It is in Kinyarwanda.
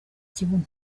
kibuno